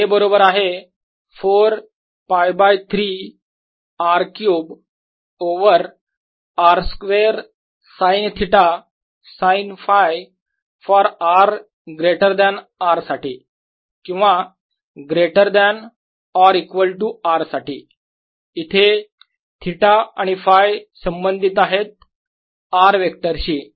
हे बरोबर आहे 4 π by 3 R cube over r square sine theta sine Φ for r greater than R साठी किंवा greater than or equal to R साठी इथे थिटा आणि Φ संबंधित आहेत r वेक्टर शी